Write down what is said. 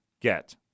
get